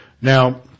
Now